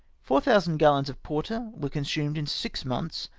four thousand gallons of porter were consumed in six months,